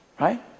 right